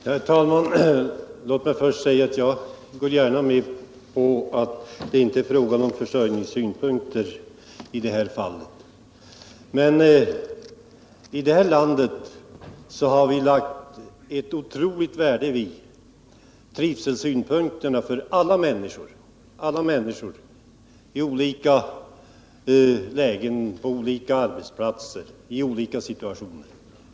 Herr talman! Låt mig först säga att jag gärna går med på att det inte är fråga om försörjningssynpunkter härvidlag. I det här landet har vi lagt otroligt stor vikt vid trivselsynpunkterna för alla människor i olika lägen, på olika arbetsplatser och i olika situationer.